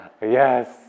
Yes